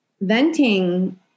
venting